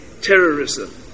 terrorism